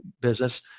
business